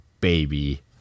baby